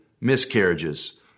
miscarriages